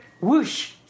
Whoosh